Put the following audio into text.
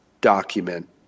document